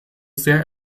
sehr